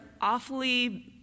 awfully